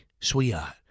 sweetheart